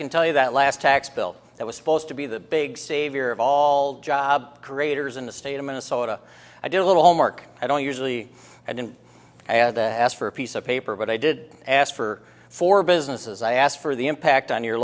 can tell you that last tax bill that was supposed to be the big savior of all job creators in the state of minnesota i did a little homework i don't usually and i add that i asked for a piece of paper but i did ask for four businesses i asked for the impact on your